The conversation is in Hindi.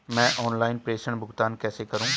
मैं ऑनलाइन प्रेषण भुगतान कैसे करूँ?